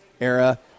era